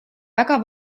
väga